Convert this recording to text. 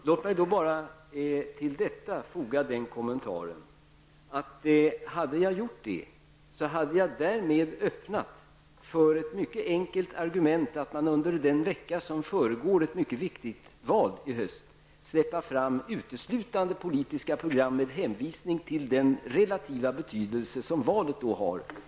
Herr talman! Låt mig till detta få foga kommentaren: Hade jag gjort så, hade jag därmed öppnat för ett enkelt argument att under den vecka som föregår ett viktigt val i höst skulle uteslutande politiska program släppas fram med hänvisning till den relativa betydelse som valet har.